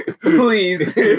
Please